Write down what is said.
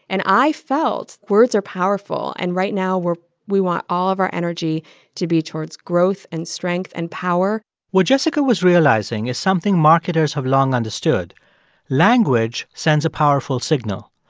and i felt words are powerful. and right now, we're we want all of our energy to be towards growth, and strength and power what jessica was realizing is something marketers have long understood language sends a powerful signal.